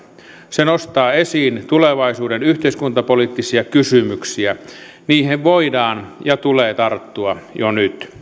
se nostaa esiin tulevaisuuden yhteiskuntapoliittisia kysymyksiä niihin voidaan ja niihin tulee tarttua jo